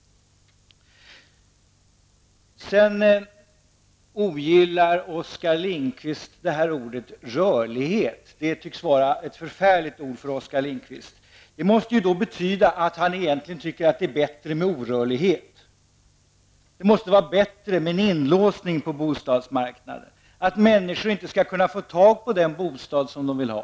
Oskar Lindkvist ogillar ordet ''rörlighet.'' Det tycks vara ett förfärligt ord för honom. Det måste ju betyda att han tycker att det är bättre med orörlighet på bostadsmarknaden. Det måste vara bra med inlåsning på bostadsmarknaden och att människor inte skall kunna få tag i den bostad de vill ha.